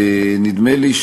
ונדמה לי,